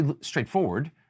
straightforward